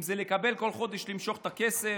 אם זה לקבל כל חודש, למשוך את הכסף,